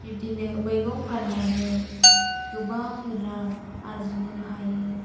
बिब्दिनो मैगं फान्नानै गोबां रां आरजिनो हायो